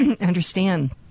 understand